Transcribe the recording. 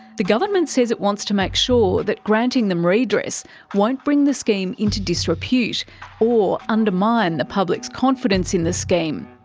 the government says it wants to make sure that granting them redress won't bring the scheme into disrepute or undermine the public's confidence in the scheme.